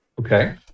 Okay